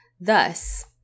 Thus